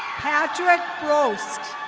patrick roast.